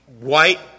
white